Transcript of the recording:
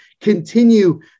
continue